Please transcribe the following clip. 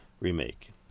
remake